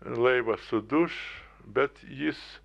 laivas suduš bet jis